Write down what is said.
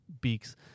Beaks